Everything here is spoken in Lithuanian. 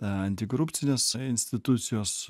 antikorupcinės institucijos